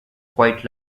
quite